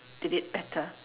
did it better